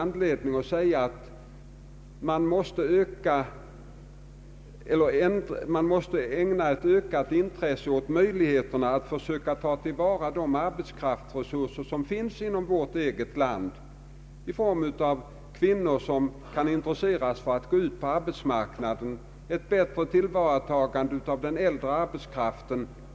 Redan av det skälet finns det anledning att ägna större intresse åt möjligheterna att söka ta till vara de arbetskraftsresurser som finns inom vårt eget land i form av t.ex. kvinnor som kan intresseras för att gå ut på arbetsmarknaden och ett bättre tillvaratagande av den äldre arbetskraften.